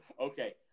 Okay